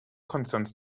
concerns